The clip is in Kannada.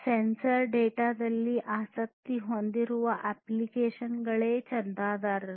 ಸೆನ್ಸರ್ ಡೇಟಾ ದಲ್ಲಿ ಆಸಕ್ತಿ ಹೊಂದಿರುವ ಅಪ್ಲಿಕೇಶನ್ಗಳೇ ಚಂದಾದಾರರು